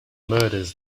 murders